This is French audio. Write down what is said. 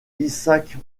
isaac